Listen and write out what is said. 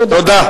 תודה.